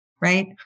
right